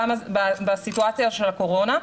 בסיטואציה של הקורונה,